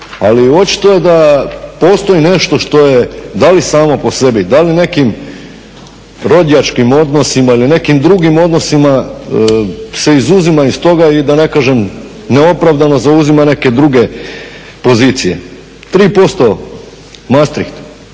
Ali očito je da postoji nešto što je da li samo po sebi, da li nekim rodjačkim odnosima ili nekim drugim odnosima se izuzima iz toga i da ne kažem neopravdano zauzima neke druge pozicije. 3% mastriht